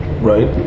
right